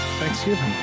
Thanksgiving